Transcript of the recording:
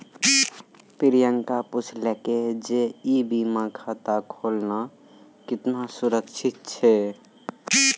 प्रियंका पुछलकै जे ई बीमा खाता खोलना केतना सुरक्षित छै?